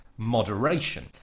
Moderation